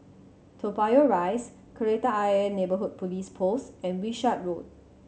Toa Payoh Rise Kreta Ayer Neighbourhood Police Post and Wishart Road